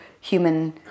human